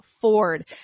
Ford